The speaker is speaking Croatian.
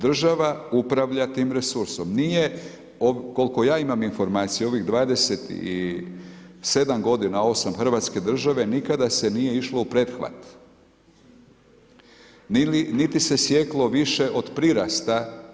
Država upravlja tim resursom, nije koliko ja imam informacije u ovih 27 godina, osam Hrvatske države nikada se nije išlo u prethvat niti se sjeklo više od prirasta.